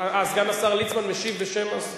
סגן השר ליצמן משיב בשם,